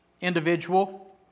individual